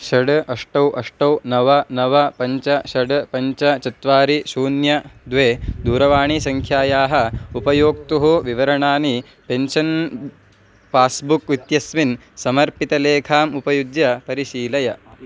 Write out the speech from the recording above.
षड् अष्टौ अष्टौ नव नव पञ्च षड् पञ्च चत्वारि शून्यं द्वे दूरवाणीसङ्ख्यायाः उपयोक्तुः विवरणानि पेन्शन् पास्बुक् इत्यस्मिन् समर्पितलेखाम् उपयुज्य परिशीलय